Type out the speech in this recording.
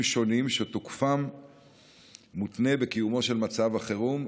שונים שתוקפם מותנה בקיומו של מצב החירום,